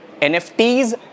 NFTs